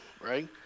right